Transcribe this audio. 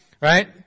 Right